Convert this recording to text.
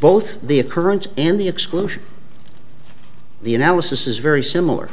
both the occurrence and the exclusion the analysis is very similar